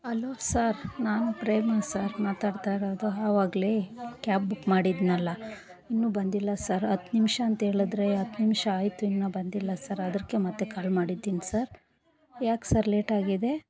hello sir ನಾನು Prema sir ಮಾತಾಡ್ತಾಯಿರೋದು ಆವಾಗಲೇ ಕ್ಯಾಬ್ ಬುಕ್ ಮಾಡಿದ್ನಲ್ಲ ಇನ್ನು ಬಂದಿಲ್ಲ ಸರ್ ಹತ್ತು ನಿಮಿಷ ಅಂಥೇಳಿದ್ರೆ ಹತ್ತು ನಿಮಿಷ ಆಯಿತು ಇನ್ನೂ ಬಂದಿಲ್ಲ ಸರ್ ಅದಕ್ಕೆ ಮತ್ತೆ ಕಾಲ್ ಮಾಡಿದ್ದೀನಿ ಸರ್ ಏಕೆ ಸರ್ ಲೇಟಾಗಿದೆ